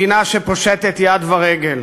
מדינה שפושטת יד ורגל,